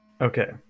Okay